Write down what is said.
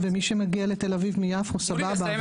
אז מי שמגיע לתל אביב מיפו זה סבבה,